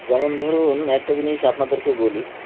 যেমন ধরুন একটা জিনিস আপনাদেরকে বলি